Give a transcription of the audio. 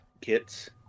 kits